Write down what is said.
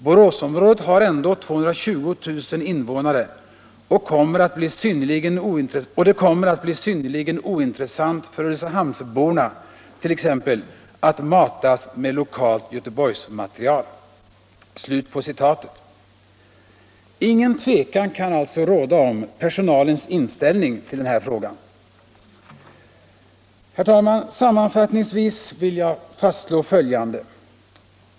Borås-området har ändå 220 000 invånare och det kommer att bli synnerligen ointressant för Ulricehamns-borna tex att matas med lokalt Göteborgs-material.” Inget tvivel kan alltså råda om personalens inställning till den här frågan. Herr talman! Sammanfattningsvis vill jag fastslå följande.